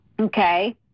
Okay